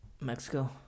Mexico